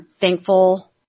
thankful